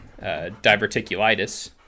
diverticulitis